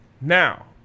Now